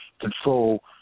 control